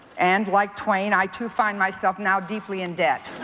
and like twain i too find myself now deeply in debt.